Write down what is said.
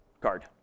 card